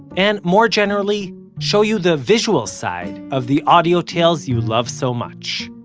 and more generally show you the visual side of the audio tales you love so much.